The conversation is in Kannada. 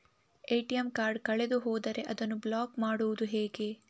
ಎ.ಟಿ.ಎಂ ಕಾರ್ಡ್ ಕಳೆದು ಹೋದರೆ ಅದನ್ನು ಬ್ಲಾಕ್ ಮಾಡುವುದು ಹೇಗೆ?